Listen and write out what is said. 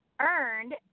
earned